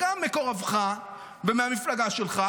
גם מקורבך ומהמפלגה שלך,